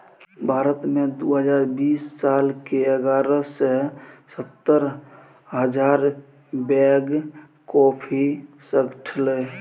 भारत मे दु हजार बीस साल मे एगारह सय सत्तर हजार बैग कॉफी सठलै